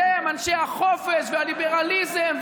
אתם אנשי החופש והליברליזם,